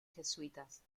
jesuitas